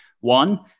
One